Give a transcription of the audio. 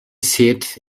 seat